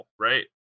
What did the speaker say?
right